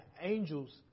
angels